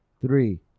Three